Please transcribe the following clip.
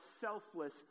selfless